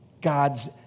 God's